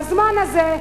בזמן הזה,